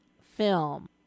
film